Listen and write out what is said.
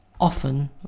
often